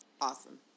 Awesome